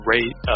Rate